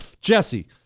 Jesse